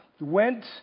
went